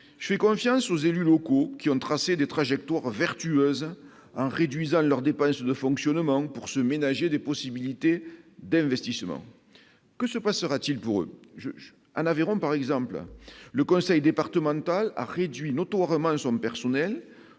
je fais confiance aux élus locaux qui ont tracé des trajectoires vertueuse en réduisant leurs dépenses de fonctionnement pour se ménager des possibilités d'investissement, que se passera-t-il pour je j'à l'Aveyron, par exemple le conseil départemental a réduit notoirement son personnel